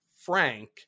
Frank